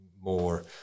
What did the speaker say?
more